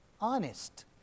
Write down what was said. Honest